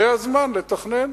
זה הזמן לתכנן.